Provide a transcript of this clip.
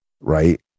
right